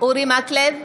אורי מקלב,